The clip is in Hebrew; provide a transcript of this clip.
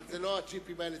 אבל זה לא הג'יפים האלה.